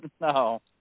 No